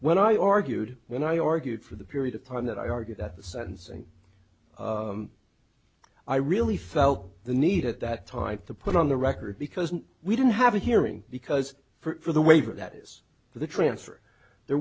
when i argued when i argued for the period of time that i argued that the sentence and i really felt the need at that time to put on the record because we didn't have a hearing because for the waiver that is for the transfer there